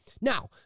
Now